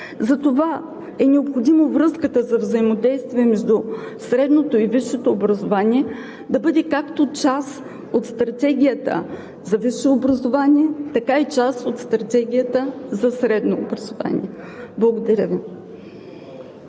Затова е необходимо връзката за взаимодействие между средното и висшето образование да бъде както част от Стратегията за висше образование, така и част от Стратегията за средно образование. Благодаря Ви.